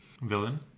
villain